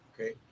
okay